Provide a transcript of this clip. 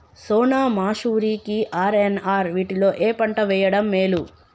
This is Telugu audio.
సోనా మాషురి కి ఆర్.ఎన్.ఆర్ వీటిలో ఏ పంట వెయ్యడం మేలు?